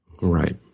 Right